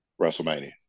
WrestleMania